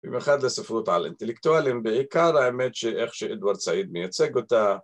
במיוחד לספרות על אינטלקטואלים בעיקר, האמת, שאיך שאדוארד סעיד מייצג אותה